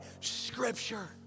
scripture